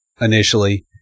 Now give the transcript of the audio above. initially